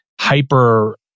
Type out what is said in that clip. hyper